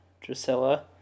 Drusilla